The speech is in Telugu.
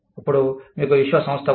అప్పుడు మీకు విశ్వ సంస్థ ఉంది